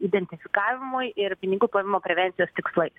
identifikavimui ir pinigų plovimo prevencijos tikslais